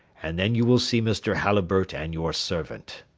and then you will see mr. halliburtt and your servant.